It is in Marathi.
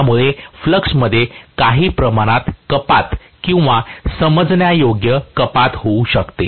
यामुळे फ्लक्स मध्ये काही प्रमाणात कपात किंवा समजण्यायोग्य कपात होऊ शकते